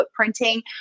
footprinting